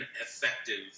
effective